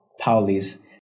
Pauli's